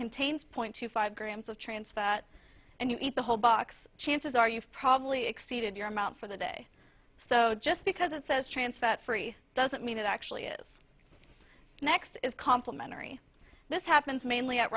contains point two five grams of trans fat and you eat the whole box chances are you've probably exceeded your amount for the day so just because it says trans fat free doesn't mean it actually is next is complimentary this happens mainly at